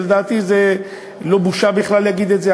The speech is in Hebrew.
לדעתי זו לא בושה בכלל להגיד את זה.